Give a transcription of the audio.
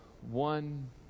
one